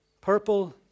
purple